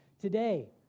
today